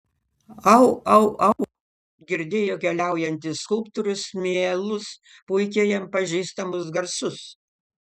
au au au girdėjo keliaujantis skulptorius mielus puikiai jam pažįstamus garsus